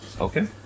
Okay